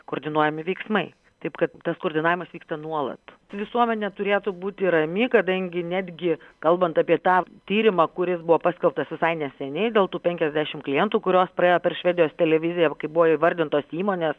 koordinuojami veiksmai taip kad tas koordinavimas vyksta nuolat visuomenė turėtų būti rami kadangi netgi kalbant apie tą tyrimą kuris buvo paskelbtas visai neseniai dėl tų penkiasdešimt klientų kurios praėjo per švedijos televiziją kai buvo įvardintos įmonės